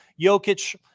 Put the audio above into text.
Jokic